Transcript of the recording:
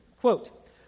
Quote